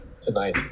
tonight